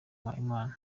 mpayimana